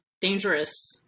dangerous